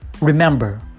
Remember